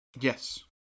Yes